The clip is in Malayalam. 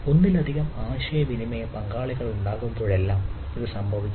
ഒന്നിലധികം ആശയവിനിമയ പങ്കാളികൾ ഉണ്ടാകുമ്പോഴെല്ലാം ഇത് സംഭവിക്കുന്നു